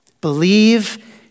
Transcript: Believe